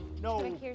No